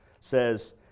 says